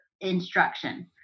instruction